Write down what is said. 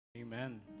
Amen